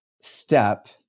step